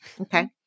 Okay